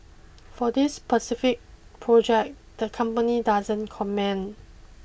for this specific project the company doesn't comment